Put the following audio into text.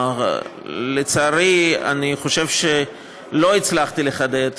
לצערי אני חושב שלא הצלחתי לחדד,